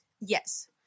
Yes